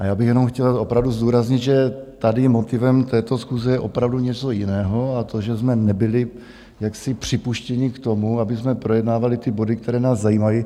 A já bych jenom chtěl opravdu zdůraznit, že tady motivem této schůze je opravdu něco jiného, a to že jsme nebyli jaksi připuštěni k tomu, abychom projednávali ty body, které nás zajímají.